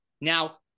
Now